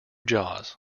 jaws